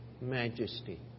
majesty